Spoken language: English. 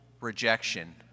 rejection